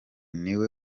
niwe